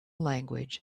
language